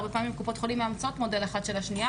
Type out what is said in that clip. הרבה פעמים קופות חולים מאמצות מודלים של קופות אחרים,